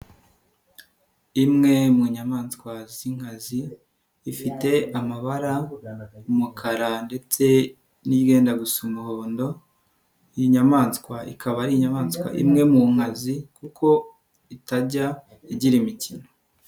Imwe mu nyamaswa z'inkazi ifite amabara umukara ndetse n'iryenda gusa umuhondo, iyi nyayamaswa ikaba ari inyamaswa imwe mu nkazi kuko itajya igira imikino.